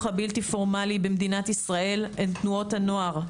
הבלתי פורמלי במדינת ישראל הן תנועות הנוער,